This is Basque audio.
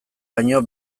baino